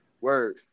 Word